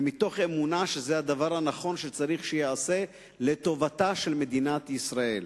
ומתוך אמונה שזה הדבר הנכון שצריך שייעשה לטובתה של מדינת ישראל.